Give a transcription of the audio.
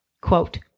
Quote